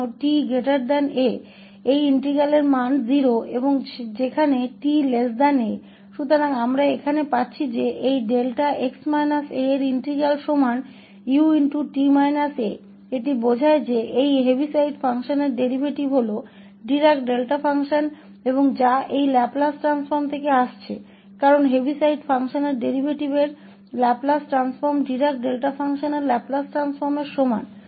तो हम यहां प्राप्त कर रहे हैं कि इस 𝛿𝑥 − 𝑎 का इंटीग्रल बराबर 𝑢𝑡 − 𝑎 है जिसका अर्थ है कि कुछ अर्थों में इसका मतलब है कि इस हेविसाइड फ़ंक्शन का डेरीवेटिव डिराक डेल्टा फ़ंक्शन है और जो से आ रहा है यह लैपलेस ट्रांसफॉर्म भी क्योंकि हेविसाइड फंक्शन के डेरीवेटिव का Laplace transform Dirac delta function के लैपलेस ट्रांसफॉर्म के बराबर था